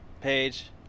page